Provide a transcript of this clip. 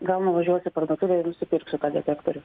gal nuvažiuosiu į parduotuvę ir nusipirksiu detektorių